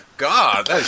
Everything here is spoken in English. God